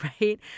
right